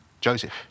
Joseph